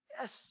Yes